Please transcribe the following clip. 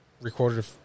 recorded